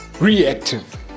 Reactive